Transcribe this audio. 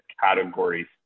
categories